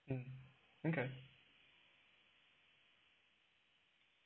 um okay